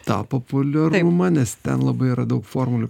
tą populiarumą nes ten labai yra daug formulių